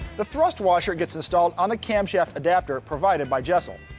the thrust washer gets installed on the cam shaft adapter provided by jesel.